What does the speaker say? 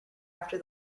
after